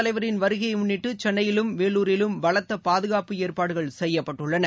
தலைவரின் வருகையைமுன்னிட்டுசென்னையிலும் வேலூரிலும் பலத்தபாதுகாப்பு குடியரசுத் ஏற்பாடுகள் செய்யப்பட்டுள்ளன